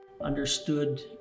understood